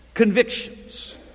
convictions